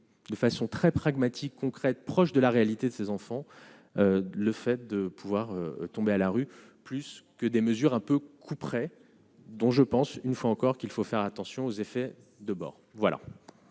de façon très pragmatique, concrète, proche de la réalité de ses enfants, le fait de pouvoir tomber à la rue, plus que des mesures un peu couperet dont je pense une fois encore qu'il faut faire attention aux effets de bord voilà